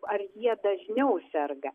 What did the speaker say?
ar jie dažniau serga